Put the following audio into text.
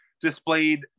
displayed